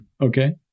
okay